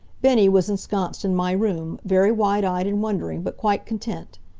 bennie was ensconced in my room, very wide-eyed and wondering, but quite content.